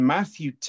Matthew